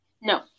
No